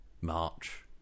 March